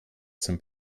zum